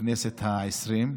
בכנסת העשרים,